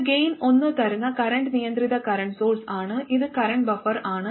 ഇത് ഗൈൻ ഒന്ന് തരുന്ന കറന്റ് നിയന്ത്രിത കറന്റ് സോഴ്സ് ആണ് ഇത് കറന്റ് ബഫറാണ്